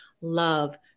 love